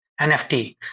NFT